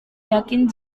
yakin